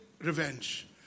revenge